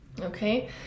okay